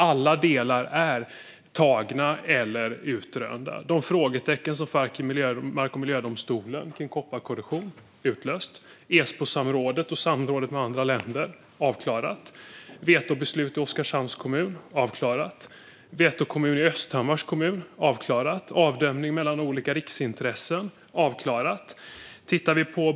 Alla delar är tagna eller utrönta. Mark och miljödomstolens frågetecken gällande kopparkorrosion är uträtade. Esbosamrådet och samrådet med andra länder är avklarat. Vetobeslutet i Oskarshamns kommun är avklarat. Vetobeslutet i Östhammars kommun är avklarat. Avdömningen mellan olika riksintressen är avklarad.